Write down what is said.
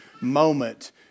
moment